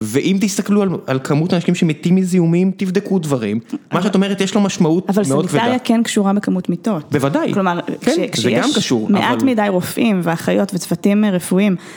ואם תסתכלו על כמות אנשים שמתים מזיהומים, תבדקו דברים. מה שאת אומרת, יש לו משמעות מאוד כבדה. אבל ?? כן קשורה בכמות מיטות. בוודאי. כלומר, כן, זה גם קשור, אבל... כשיש מעט מדי רופאים ואחריות וצוותים רפואיים...